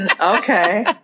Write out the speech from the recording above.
okay